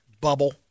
Bubble